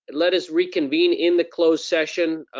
let us reconvene in the closed session